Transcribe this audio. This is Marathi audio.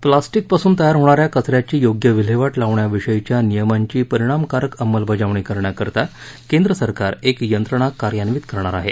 प्लॅस्टीकपासून तयार होणाऱ्या कचऱ्याची योग्य विल्हेवाट लावण्याविषयीच्या नियमांची परिणामकारक अंमलबजावणी करण्याकरता केंद्रसरकार एक यंत्रणा कार्यन्वित करणार आहे